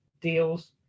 deals